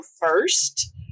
first